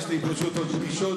יש לי פשוט עוד פגישות,